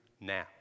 now